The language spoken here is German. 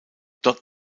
dort